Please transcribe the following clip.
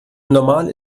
normal